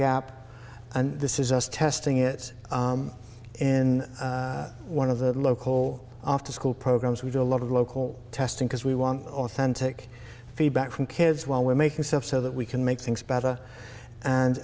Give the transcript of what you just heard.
app and this is us testing it's in one of the local after school programs we do a lot of local testing because we want authentic feedback from kids while we're making stuff so that we can make things better and